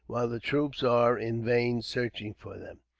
while the troops are, in vain, searching for them.